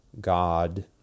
God